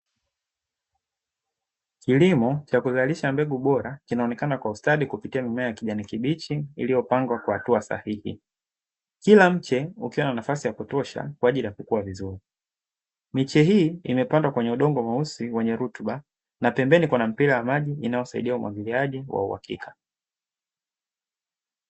Kilimo cha kuzalisha mbegu bora kinaonekana kwa ustadi kupitia mimea ya kijani kibichi iliyopangwa kwa hatua sahihi, kila mche ukiwa na nafasi ya kutosha kwa ajili ya kukua vizuri , miche hii imepandwa kwenye udongo mweusi wenye rutuba na pembeni kuna mipira ya maji inayosaidia umwagiliaji wa uhakika.